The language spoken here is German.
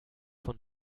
von